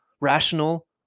rational